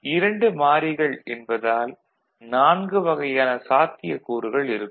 2 மாறிகள் என்பதால் 4 வகையான சாத்தியக்கூறுகள் இருக்கும்